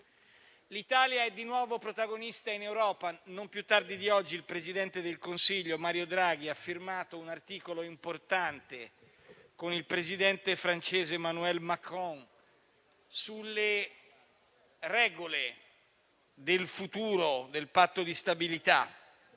L'Italia è di nuovo protagonista in Europa: non più tardi di oggi il presidente del Consiglio, Mario Draghi, ha firmato un articolo importante con il presidente francese, Emmanuel Macron, sulle regole del futuro del Patto di stabilità.